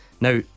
Now